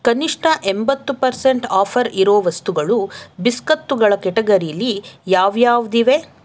ಕನಿಷ್ಠ ಎಂಬತ್ತು percent offer ಇರೋ ವಸ್ತುಗಳು ಬಿಸ್ಕತ್ತುಗಳ ಕ್ಯಾಟಗರಿಯಲ್ಲಿ ಯಾವ್ಯಾವ್ದಿವೆ